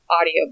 audio